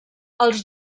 els